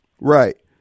Right